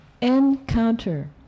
Encounter